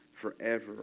forever